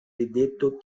rideto